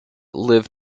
live